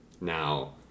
Now